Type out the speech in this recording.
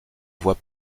voix